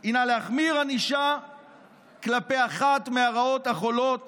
היא להחמיר ענישה כלפי אחת מהרעות החולות